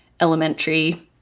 elementary